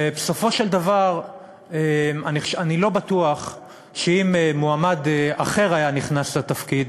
ובסופו של דבר אני לא בטוח שאם מועמד אחר היה נכנס לתפקיד,